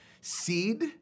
Seed